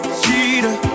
cheater